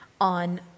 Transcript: on